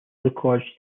records